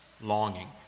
longing